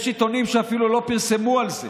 יש עיתונים שאפילו לא פרסמו את זה.